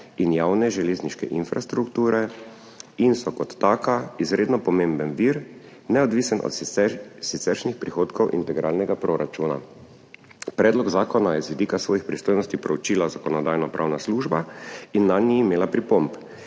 in javne železniške infrastrukture. Ko taka so izredno pomemben vir, neodvisen od siceršnjih prihodkov integralnega proračuna. Predlog zakona je z vidika svojih pristojnosti proučila Zakonodajno-pravna služba in nanj imela pripomb.